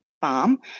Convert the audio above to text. farm